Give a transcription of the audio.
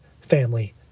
family